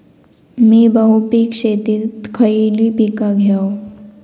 मी बहुपिक शेतीत खयली पीका घेव?